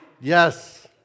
Yes